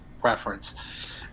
preference